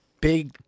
Big